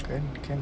and